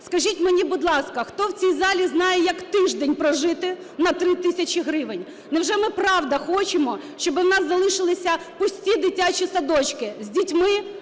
Скажіть мені, будь ласка, хто в цій залі знає, як тиждень прожити на 3 тисячі гривень? Невже ми, правда, хочемо, щоби у нас залишилися пусті дитячі садочки з дітьми